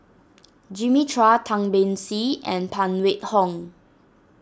Jimmy Chua Tan Beng Swee and Phan Wait Hong